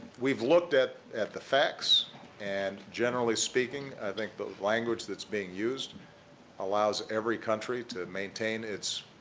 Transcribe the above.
we've looked at at the facts and, generally speaking, i think the language that's being used allows every country to maintain its